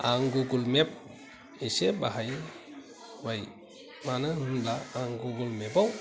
आं Google map इसे बाहायबाय मानो होनब्ला आं गुगोल मेपाव